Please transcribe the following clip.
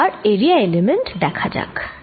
এবার area element দেখা যাক